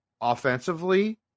offensively